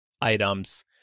items